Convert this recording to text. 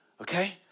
Okay